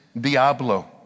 Diablo